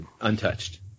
untouched